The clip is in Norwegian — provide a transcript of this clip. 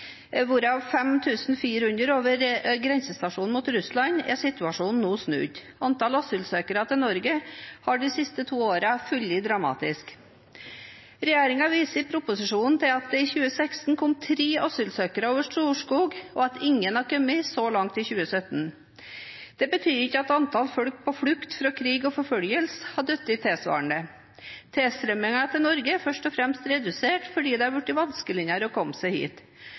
hvorav 5 400 over grensestasjonen mot Russland, har situasjonen nå snudd. Antall asylsøkere til Norge har de siste to årene falt dramatisk. Regjeringen viser i proposisjonen til at det i 2016 kom tre asylsøkere over Storskog, og at ingen har kommet så langt i 2017. Det betyr ikke at antall mennesker på flukt fra krig og forfølgelse har falt tilsvarende. Tilstrømmingen til Norge er først og fremst redusert fordi det er blitt vanskeligere å komme seg hit.